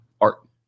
art